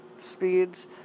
speeds